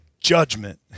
judgment